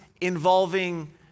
involving